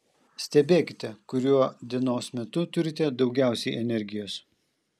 stebėkite kuriuo dienos metu turite daugiausiai energijos